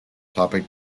topic